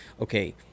okay